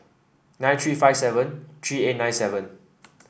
nine three five seven three eight nine seven